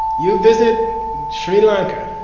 you visit sri lanka,